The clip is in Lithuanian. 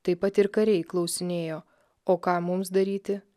taip pat ir kariai klausinėjo o ką mums daryti